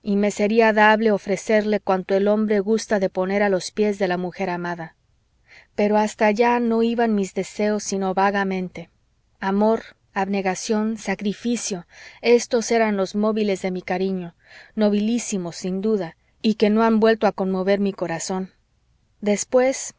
y me sería dable ofrecerle cuanto el hombre gusta de poner a los pies de la mujer amada pero hasta allá no iban mis deseos sino vagamente amor abnegación sacrificio estos eran los móviles de mi cariño nobilísimos sin duda y que no han vuelto a conmover mi corazón después